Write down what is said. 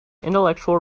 intellectual